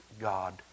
God